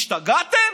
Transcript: השתגעתם?